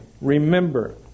remember